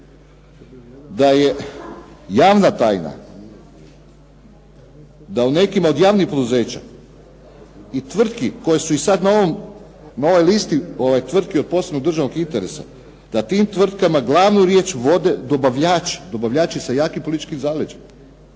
da je javna tajna da u nekima od javnih poduzeća i tvrtki koje su i sad na ovoj listi tvrtki od posebnog državnog interesa, da tim tvrtkama glavnu riječ vode dobavljači, dobavljači sa jakim političkim zaleđem.